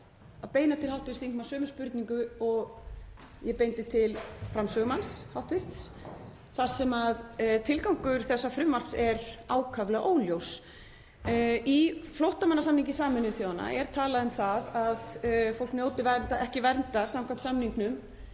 að beina til hv. þingmanns sömu spurningu og ég beindi til hv. framsögumanns, þar sem tilgangur þessa frumvarps er ákaflega óljós. Í flóttamannasamningi Sameinuðu þjóðanna er talað um það að fólk njóti ekki verndar samkvæmt samningnum